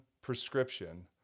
prescription